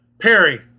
Perry